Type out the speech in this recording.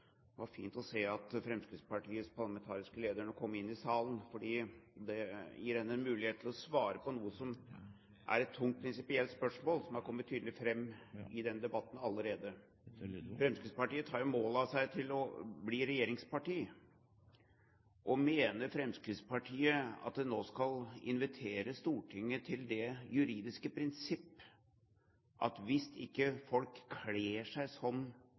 gir henne mulighet til å svare på et tungt prinsipielt spørsmål som har kommet tydelig fram i denne debatten allerede. Fremskrittspartiet tar mål av seg til å bli regjeringsparti. Mener Fremskrittspartiet at det nå skal invitere Stortinget til det juridiske prinsipp at hvis ikke folk kler seg